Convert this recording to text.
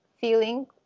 feeling